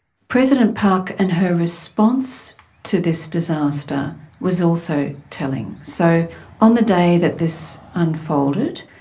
president park and her response to this disaster was also telling. so on the day that this unfolded,